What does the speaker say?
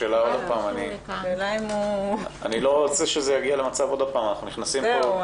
השאלה אני לא רוצה שזה יגיע למצב שאנחנו מרחיבים,